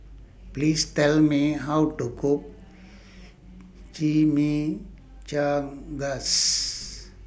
Please Tell Me How to Cook Chimichangas